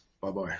Bye-bye